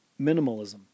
minimalism